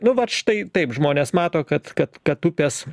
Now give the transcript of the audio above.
nu vat štai taip žmonės mato kad kad kad upės